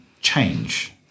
change